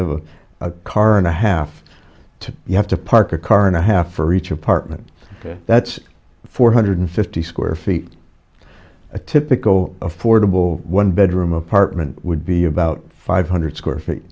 have a car and a half to you have to park a car and a half for each apartment that's four hundred fifty square feet a typical affordable one bedroom apartment would be about five hundred square feet